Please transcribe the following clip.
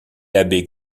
l’abbé